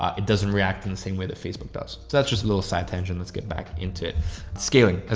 it doesn't react in the same way that facebook does. so that's just a little side tangent. let's get back into scaling. as